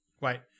Right